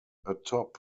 atop